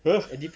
!huh!